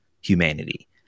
humanity